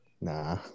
Nah